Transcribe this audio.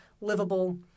livable